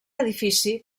edifici